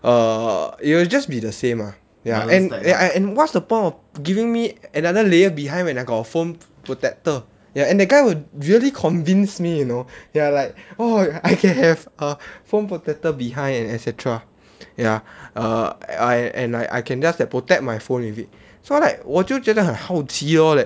err it would just be the same lah ya and and I and what's the point of giving me another layer behind when I got a phone protector and that guy will really convince me you know ya like oh I can have a phone protector behind and et cetera ya err I and I I can just protect my phone with it so like 我就觉得很好奇 lor that